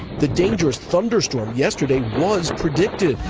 the dangerous thunderstorm yesterday was predicted.